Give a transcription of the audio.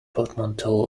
portmanteau